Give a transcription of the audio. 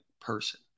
person